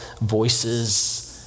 voices